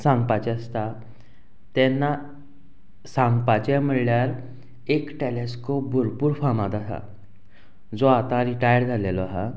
सांगपाचें आसता तेन्ना सांगपाचें म्हणल्यार एक टॅलिस्कोप भरपूर फामाद आहा जो आतां रिटायर जाल्लेलो आहा